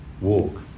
walk